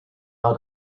out